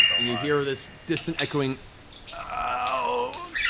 you hear this distant, echoing ouch.